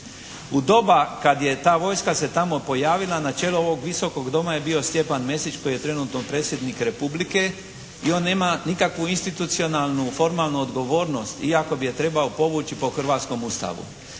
U doba kad je ta vojska se tamo pojavila na čelu ovog Visokog doma je bio Stjepan Mesić koji je trenutno Predsjednik Republike i on nema nikakvu institucionalnu formalnu odgovornost iako bi je trebao povući po hrvatskom Ustavu.